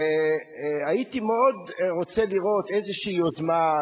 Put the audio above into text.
והייתי מאוד רוצה לראות איזושהי יוזמה,